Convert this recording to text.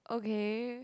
okay